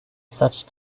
such